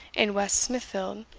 in west smithfield,